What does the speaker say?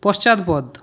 পশ্চাৎপদ